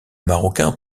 marocain